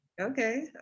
okay